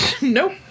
Nope